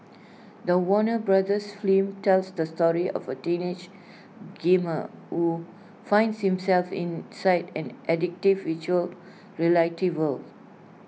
the Warner brothers film tells the story of A teenage gamer who finds himself inside an addictive Virtual Reality world